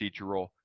procedural